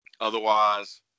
Otherwise